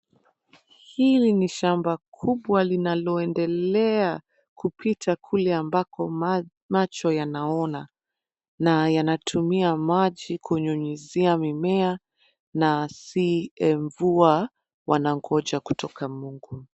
Hili ni shamba kubwa linaloendelea kupita kule ambako macho yanaona na yanatumia maji kunyunyuzia mimea na si mvua wangoja kutoka Mungu.